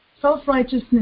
Self-righteousness